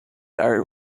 are